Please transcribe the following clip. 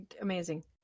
amazing